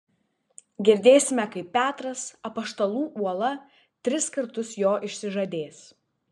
girdėsime kaip petras apaštalų uola tris kartus jo išsižadės